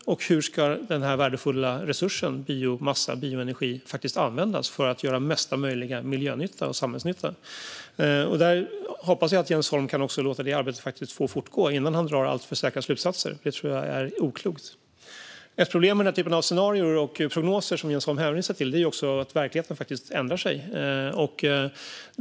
Och hur ska denna värdefulla resurs - biomassa, bioenergi - faktiskt användas för att göra mesta möjliga miljönytta och samhällsnytta? Jag hoppas att Jens Holm kan låta det arbetet få fortgå innan han drar alltför säkra slutsatser - jag tror att det är oklokt att dra alltför säkra slutsatser nu. Ett problem med den typ av scenarier och prognoser som Jens Holm hänvisar till är att verkligheten faktiskt ändrar sig.